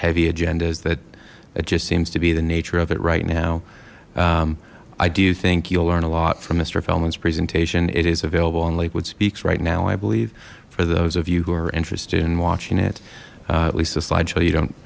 heavy agendas that it just seems to be the nature of it right now i do think you'll learn a lot from mister feldman's presentation it is available in lakewood speaks right now i believe for those of you who are interested in watching it at least a slide show you don't